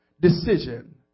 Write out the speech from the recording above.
decision